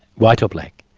white or black.